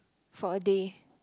for a day